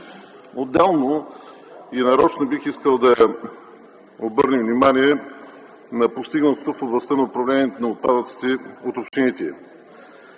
Отделно и нарочно бих искал да обърна внимание на постигнатото в областта на управлението на отпадъците от общините.